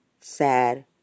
sad